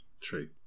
True